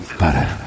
para